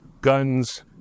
guns